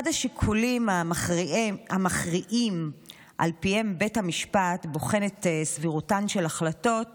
אחד השיקולים המכריעים שעל פיהם בית המשפט בוחן את סבירותן של ההחלטות